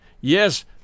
Yes